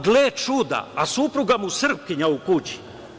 Gle čuda, a supruga mu Srpkinja u kući!